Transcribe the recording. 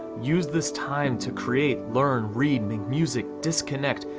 use this time to create, learn, read, make music, disconnect,